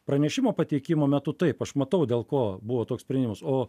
pranešimo pateikimo metu taip aš matau dėl ko buvo toks sprendimas o